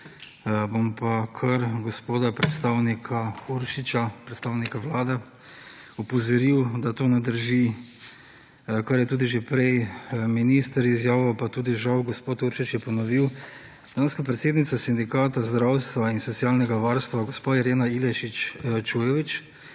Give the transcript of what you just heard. Bom pa kar gospoda predstavnika Uršiča, predstavnika Vlade opozoril, da to ne drži, kar je tudi že prej minister izjavil pa tudi žal gospod Uršič je ponovil. Danes, ko predsednica Sindikata zdravstva in socialnega varstva gospa Irena Ilešič Čujovič